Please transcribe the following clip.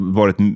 varit